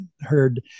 heard